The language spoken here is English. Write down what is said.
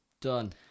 Done